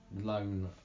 loan